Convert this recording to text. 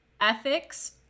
ethics